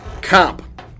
comp